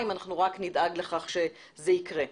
אם אנחנו רק נדאג לכך שזה יקרה.